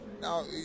now